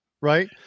right